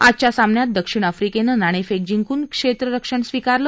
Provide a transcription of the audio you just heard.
आजच्या सामन्यात दक्षिण आफ्रिकेने नाणेफेक जिंकून क्षेत्ररक्षण स्वीकारलं